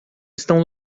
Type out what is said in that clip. estão